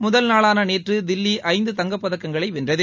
முதல் நாளான நேற்று தில்லி ஐந்து தங்கப்பதக்கங்களை வென்றது